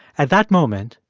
at that moment,